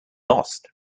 lost